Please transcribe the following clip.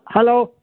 hello